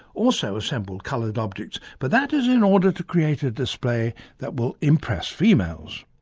also assemble coloured objects, but that is in order to create a display that will impress females.